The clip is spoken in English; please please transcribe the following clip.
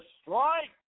strike